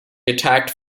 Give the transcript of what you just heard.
attacked